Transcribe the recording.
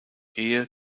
ehe